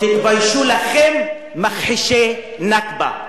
תתביישו לכם, מכחישי נכבה.